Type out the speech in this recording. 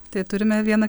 tai turime vieną